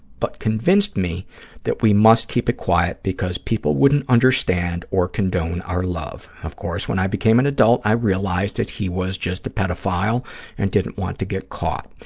but convinced me that we must keep it quiet because people wouldn't understand or condone our love. of course, when i became an adult, i realized that he was just a pedophile and didn't want to get caught.